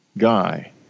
guy